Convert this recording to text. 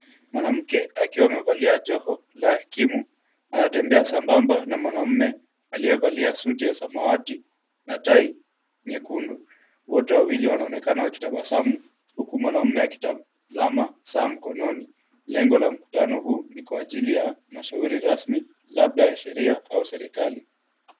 Mwanamke akiwa amevalia joho la hakimu, anatembea sambamba na mwanaume akiyevalia suti ya samawati na tai nyekundu. Wote wawili wanaonekana wakitabasamu, huku mwanaume akitazama saa mkononi. Lengo la mkutano huu ni kwa ajili ya mashauri rasmi, labda ya sheria au ya serikali.